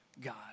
God